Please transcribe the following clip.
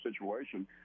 situation